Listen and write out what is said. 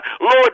Lord